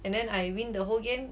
and then I win the whole game